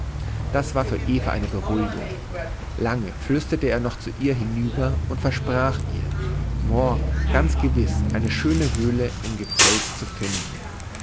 das war für eva eine beruhigung lange flüsterte er noch zu ihr hinüber und versprach ihr morgen ganz gewiß eine schöne höhle im gefels zu finden